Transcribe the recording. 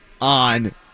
on